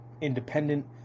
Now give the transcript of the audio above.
independent